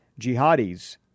jihadis